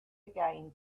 again